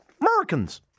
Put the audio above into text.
Americans